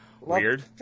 Weird